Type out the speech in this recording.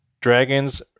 Dragons